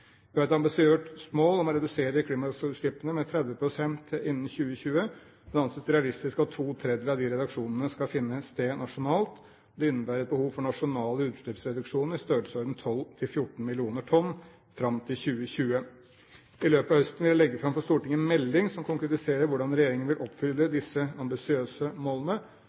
Vi har et ambisiøst mål om å redusere klimagassutslippene med 30 pst. innen 2020. Det anses realistisk at to tredjedeler av de reduksjonene skal finne sted nasjonalt. Det innebærer et behov for nasjonale utslippsreduksjoner i størrelsesorden 12–14 millioner tonn fram til 2020. I løpet av høsten vil jeg legge fram en melding for Stortinget som konkretiserer hvordan regjeringen vil oppfylle disse ambisiøse målene.